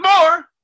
more